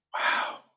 wow